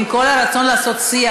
עם כל הרצון לעשות שיח,